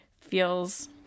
feels